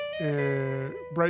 Bright